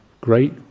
great